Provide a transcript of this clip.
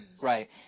Right